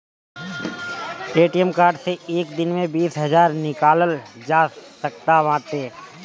ATM card से एक दिन में बीस हजार निकालल जा सकत बाटे